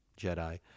Jedi